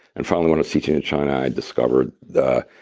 and finally, when i was teaching in china, i discovered the.